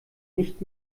nicht